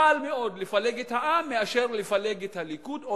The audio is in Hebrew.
קל יותר לפלג את העם מאשר לפלג את הליכוד או